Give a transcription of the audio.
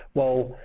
well,